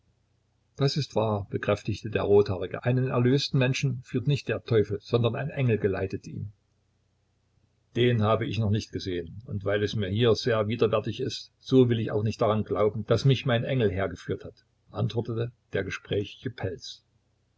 das ist wahr bekräftigte der rothaarige einen erlösten menschen führt nicht der teufel sondern ein engel geleitet ihn den habe ich noch nicht gesehen und weil es mir hier sehr widerwärtig ist so will ich auch nicht daran glauben daß mich mein engel hergeführt hat antwortete der gesprächige